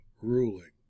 ruling